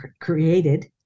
created